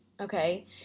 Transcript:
Okay